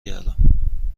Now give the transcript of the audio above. گردم